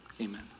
amen